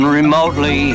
remotely